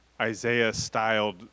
Isaiah-styled